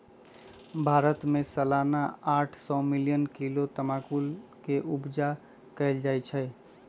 भारत में सलाना आठ सौ मिलियन किलो तमाकुल के उपजा कएल जाइ छै